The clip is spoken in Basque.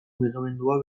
mugimendua